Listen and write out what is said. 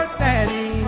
daddy